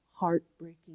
heartbreaking